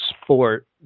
sport